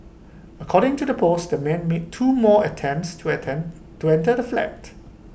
according to the post the man made two more attempts to enter to enter the flat